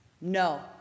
no